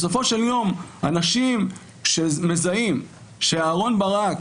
בסופו של יום אנשים שמזהים שאהרון ברק